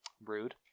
Rude